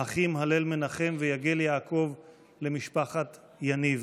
האחים הלל מנחם ויגל יעקב למשפחת יניב.